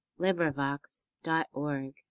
LibriVox.org